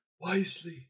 Wisely